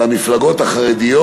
על המפלגות החרדיות.